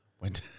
Went